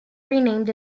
renamed